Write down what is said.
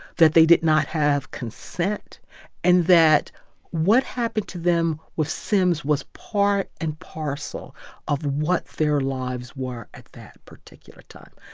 that they did not have consent and that what happened to them with sims was part and parcel of what their lives were at that particular time.